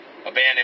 abandoned